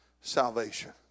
salvation